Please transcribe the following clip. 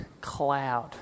cloud